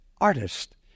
artist